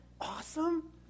awesome